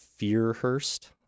Fearhurst